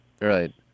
Right